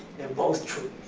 they're both true.